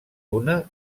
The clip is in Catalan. una